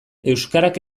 euskarak